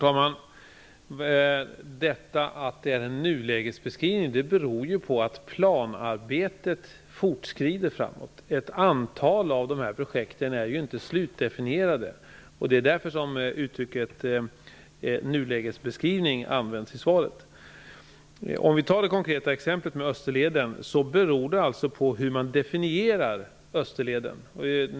Herr talman! Att detta är en nulägesbeskrivning beror på att planarbetet fortskrider. Ett antal av dessa projekt är inte slutdefinierade, och det är därför som uttrycket nulägesbeskrivning används i svaret. Vi kan ta det konkreta exemplet Österleden, där det beror på hur man definierar den.